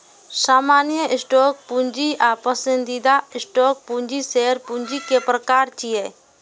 सामान्य स्टॉक पूंजी आ पसंदीदा स्टॉक पूंजी शेयर पूंजी के प्रकार छियै